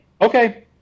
Okay